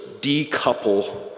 decouple